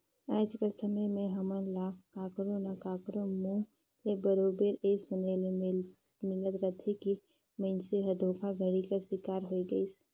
आएज कर समे में हमन ल काकरो ना काकरो मुंह ले बरोबेर ए सुने ले मिलते रहथे कि मइनसे हर धोखाघड़ी कर सिकार होए गइस